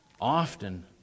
Often